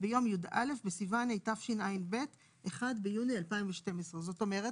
ביום י"א בסיוון התשע"ב (1 ביוני 2012). זאת אומרת,